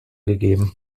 gegeben